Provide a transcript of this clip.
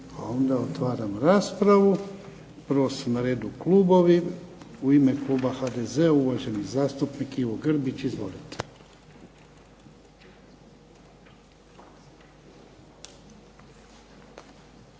ne. Otvaram raspravu. Prvo su na redu klubovi. U ime kluba HDZ-a uvaženi zastupnik Ivo Grbić. Izvolite.